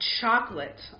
chocolate